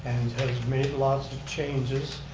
and has made lots of changes.